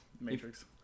Matrix